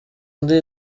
ndi